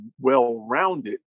well-rounded